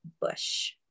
Bush